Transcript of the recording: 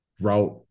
route